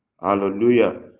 Hallelujah